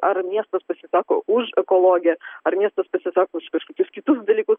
ar miestas pasisako už ekologiją ar miestas pasisako už kažkokius kitus dalykus